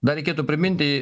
dar reikėtų priminti